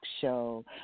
show